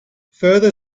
further